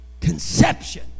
conception